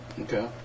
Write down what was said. Okay